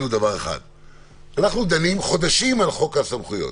אנחנו דנים חודשים על חוק הסמכויות,